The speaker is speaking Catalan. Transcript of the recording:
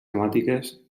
temàtiques